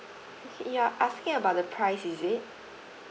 okay ya asking about the price is it